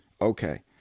Okay